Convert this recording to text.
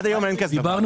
עד היום אין כזה דבר.